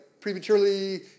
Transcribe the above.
prematurely